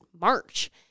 March